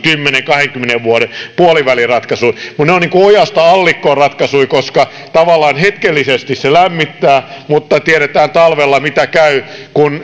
kymmenen viiva kahdenkymmenen vuoden puoliväliratkaisuja ne ovat niin kuin ojasta allikkoon ratkaisuja koska tavallaan hetkellisesti se lämmittää mutta tiedetään miten käy talvella kun